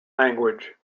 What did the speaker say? language